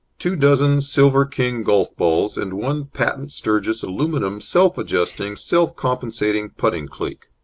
two dozen silver king golf-balls and one patent sturgis aluminium self-adjusting, self-compensating putting-cleek.